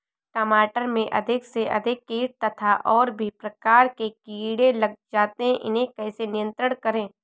टमाटर में अधिक से अधिक कीट तथा और भी प्रकार के कीड़े लग जाते हैं इन्हें कैसे नियंत्रण करें?